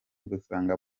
ugasanga